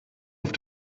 auf